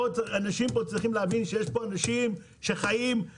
אנשים צריכים להבין שיש פה אנשים שחיים,